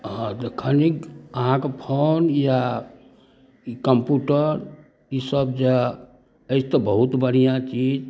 हँ तऽ कनिक अहाँके फोन या कम्प्यूटर ई सब जँ अछि तऽ बहुत बढ़िऑं चीज